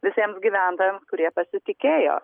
visiems gyventojams kurie pasitikėjo